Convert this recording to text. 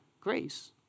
Grace